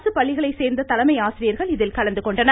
அரசு பள்ளிகளை சோ்ந்த தலைமை ஆசிரியர்கள் இதில் கலந்துகொண்டனர்